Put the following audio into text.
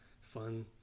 fun